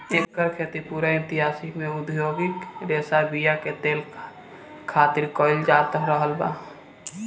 एकर खेती पूरा इतिहास में औधोगिक रेशा बीया के तेल खातिर कईल जात रहल बा